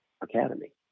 academy